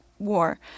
war